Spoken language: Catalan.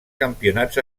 campionats